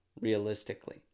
realistically